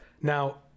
Now